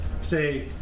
say